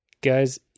Guys